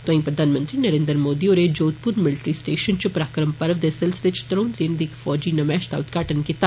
तोआंई प्रधानमंत्री नरेन्द्र मोदी होरें जोधपुर मिल्ट्री स्टेषन च पराक्रम पर्व दे सिलसिले च त्रौ दिनें दी इक फौजी नमैष दा उद्घाटन कीता